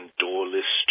doorless